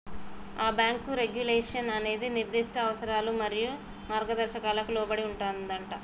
ఆ bank regulation అనేది నిర్దిష్ట అవసరాలు మరియు మార్గదర్శకాలకు లోబడి ఉంటుందంటా